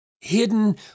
hidden